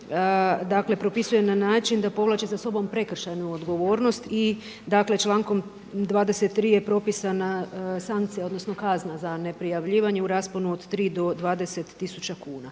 dakle propisuje na način da povlači za sobom prekršajnu odgovornost i dakle člankom 23. je propisana sankcija, odnosno kazna za neprijavljivanje u rasponu od 3 do 20 000 kuna.